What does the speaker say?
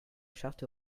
charte